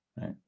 right